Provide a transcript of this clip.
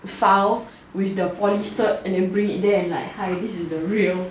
file with tthe poly cert an then bring it there and like hi this is the real